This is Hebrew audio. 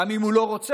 גם אם הוא לא רוצה,